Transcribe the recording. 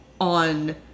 on